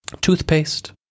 Toothpaste